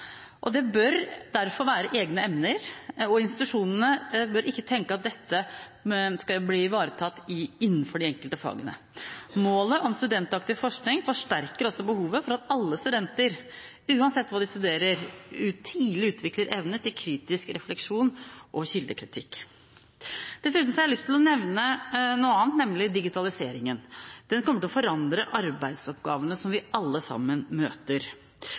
noensinne. Det bør derfor være egne emner, og institusjonene bør ikke tenke at dette skal bli ivaretatt innenfor de enkelte fagene. Målet om studentaktiv forskning forsterker også behovet for at alle studenter, uansett hva de studerer, tidlig utvikler evne til kritisk refleksjon og kildekritikk. Dessuten har jeg lyst til å nevne noe annet, nemlig digitaliseringen. Den kommer til å forandre arbeidsoppgavene vi alle sammen møter.